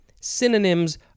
Synonyms